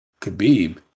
Khabib